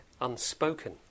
unspoken